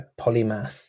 polymath